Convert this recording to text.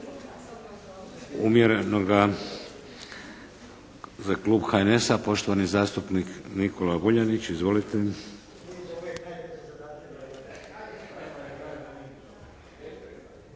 najbolje. Za klub HNS-a, poštovani zastupnik Nikola Vuljanić. Izvolite.